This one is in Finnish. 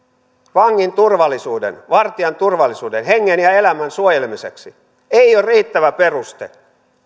vangin turvallisuuden vartijan turvallisuuden hengen ja elämän suojelemiseksi ei ole riittävä peruste sille